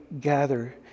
gather